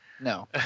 No